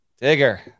Digger